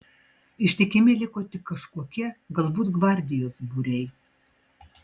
ištikimi liko tik kažkokie galbūt gvardijos būriai